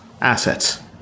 assets